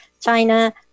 China